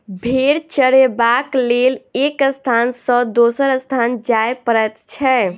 भेंड़ चरयबाक लेल एक स्थान सॅ दोसर स्थान जाय पड़ैत छै